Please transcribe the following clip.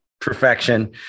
perfection